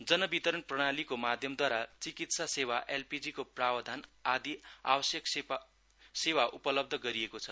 जन वितरण प्रणालीको माध्यमद्वारा चिकित्सा सेवा एलपीजी को प्रावधान आदि आवश्यक सेवा उपलब्ध गरिएको छ